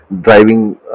driving